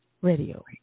radio